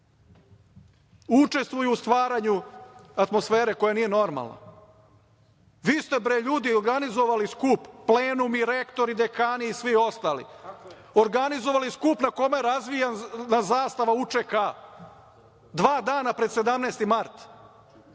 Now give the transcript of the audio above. Učestvuju u stvaranju atmosfere koja nije normalna. Vi ste bre ljudi, organizovali skup, plenumi, rektori, dekani i svi ostali, organizovali skup na kome je razvijana zastava UČK, dva dana pred 17. mart.